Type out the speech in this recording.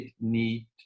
need